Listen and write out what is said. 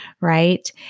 Right